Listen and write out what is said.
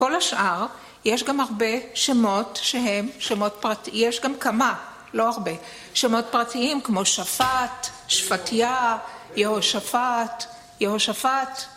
כל השאר יש גם הרבה שמות שהם שמות פרטיים, יש גם כמה, לא הרבה, שמות פרטיים כמו שפט, שפטייה, יהושפט, יהושפט